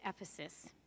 Ephesus